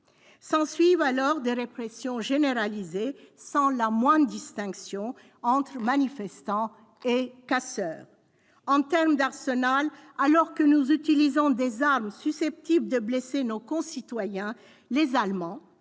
S'ensuivent alors des répressions généralisées sans la moindre distinction entre manifestants et casseurs. En termes d'arsenal, alors que nous utilisons des armes susceptibles de blesser nos concitoyens, les Allemands